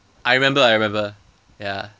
I remember I remember ya